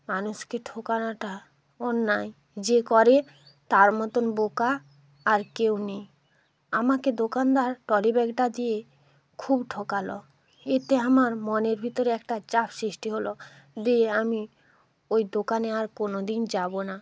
মানুষকে ঠোকানোটা অন্যায় যে করে তার মতোন বোকা আর কেউ নেই আমাকে দোকানদার ট্রলিব্যাগটা দিয়ে খুব ঠকালো এতে আমার মনের ভিতরে একটা চাপ সৃষ্টি হলো দিয়ে আমি ওই দোকানে আর কোনো দিন যাবো না